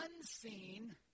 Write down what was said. unseen